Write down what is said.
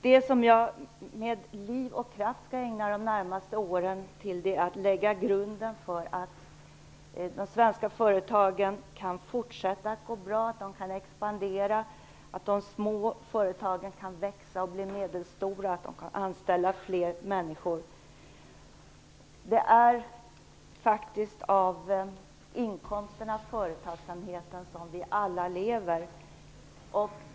Det som jag med liv och kraft skall ägna de närmaste åren åt är att lägga grunden för att de svenska företagen kan fortsätta att gå bra och expandera, att de små företagen kan växa och bli medelstora och anställa flera människor. Det är faktiskt av inkomsterna från företagsamheten vi alla lever.